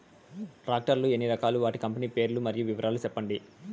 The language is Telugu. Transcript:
టాక్టర్ లు ఎన్ని రకాలు? వాటి కంపెని పేర్లు మరియు వివరాలు సెప్పండి?